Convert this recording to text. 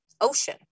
ocean